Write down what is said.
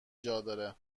جادار